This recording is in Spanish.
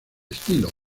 estilo